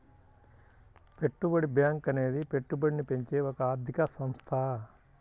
పెట్టుబడి బ్యాంకు అనేది పెట్టుబడిని పెంచే ఒక ఆర్థిక సంస్థ